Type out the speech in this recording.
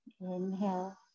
Inhale